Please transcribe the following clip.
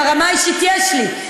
ברמה האישית יש לי.